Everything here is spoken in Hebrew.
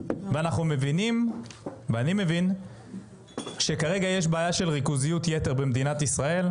ואני מבין שכרגע יש בעיה של ריכוזיות יתר במדינת ישראל.